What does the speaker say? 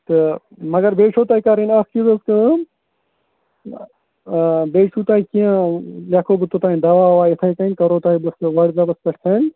تہٕ مگر بیٚیہِ چھُو تۄہہِ کَرٕنۍ اَکھ چیٖزَحظ کٲم بیٚیہِ چھُو تۄہہِ کیٚنٛہہ لیکھہو بہٕ توٚتانۍ دَوا وَوا یِتھٕے کٔنۍ کَرو تۄہہِ بہٕ وَٹس ایپَس پٮ۪ٹھ سیٚنٛڈ